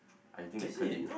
I think like curly